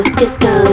disco